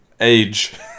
age